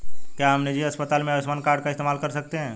क्या हम निजी अस्पताल में आयुष्मान कार्ड का इस्तेमाल कर सकते हैं?